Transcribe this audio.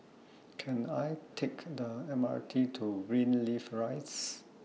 Can I Take The M R T to Greenleaf Rise